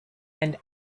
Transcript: and